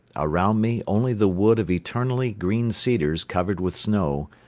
around me only the wood of eternally green cedars covered with snow,